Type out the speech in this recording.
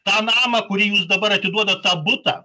tą namą kurį jūs dabar atiduodat tą butą